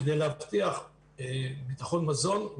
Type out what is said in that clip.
כדי להבטיח ביטחון מזון,